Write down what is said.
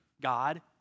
God